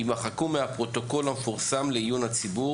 יימחקו מהפרוטוקול המפורסם לעיון הציבור